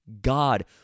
God